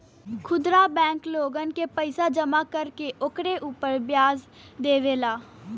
खुदरा बैंक लोगन के पईसा जमा कर के ओकरे उपर व्याज देवेला